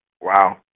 Wow